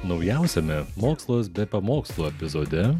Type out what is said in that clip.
naujausiame mokslas be pamokslų epizode